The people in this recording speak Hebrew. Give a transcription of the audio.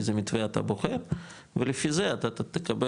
איזה מתווה אתה בוחר ולפי זה אתה תקבל,